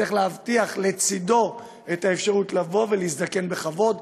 וצריך להבטיח לצדו את האפשרות לבוא ולהזדקן בכבוד.